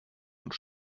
und